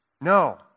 No